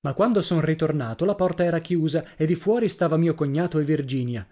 ma quando son ritornato la porta era chiusa e di fuori stava mio cognato e virginia